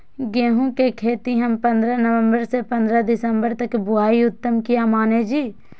गेहूं के खेती हम पंद्रह नवम्बर से पंद्रह दिसम्बर तक बुआई उत्तम किया माने जी?